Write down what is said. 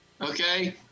Okay